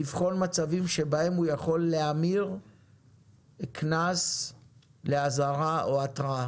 לבחון מצבים שבהם הוא יכול להמיר קנס לאזהרה או התראה.